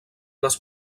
les